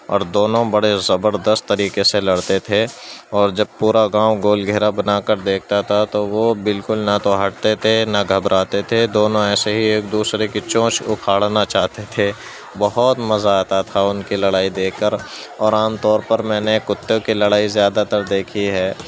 اور دونوں بڑے زبردست طریکے سے لڑتے تھے اور جب پورا گاؤں گول گھیرا بنا کر دیکھتا تھا تو وہ بالکل نہ تو ہٹتے تھے نہ گھبراتے تھے دونوں ایسے ہی ایک دوسرے کی چونچ اکھاڑنا چاہتے تھے بہت مزہ آتا تھا ان کے لڑائی دیکھ کر اور عام طور پر میں نے کتوں کی لڑائی زیادہ تر دیکھی ہے